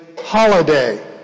holiday